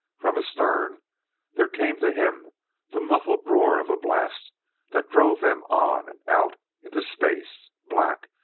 from astern there came to him the muffled roar of a blast that drove them on and out into space black,